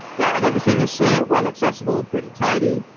yeah and everything is well accessible pretty tidy.